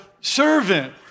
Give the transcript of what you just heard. servant